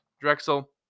Drexel